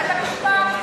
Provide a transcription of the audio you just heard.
בית-המשפט,